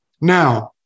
Now